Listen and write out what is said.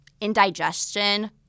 indigestion